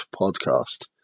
Podcast